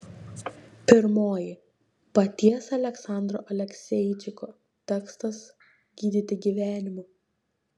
pirmoji paties aleksandro alekseičiko tekstas gydyti gyvenimu